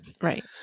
Right